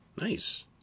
Nice